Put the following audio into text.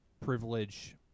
privilege